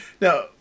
Now